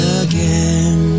again